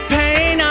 pain